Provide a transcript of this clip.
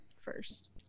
first